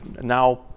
now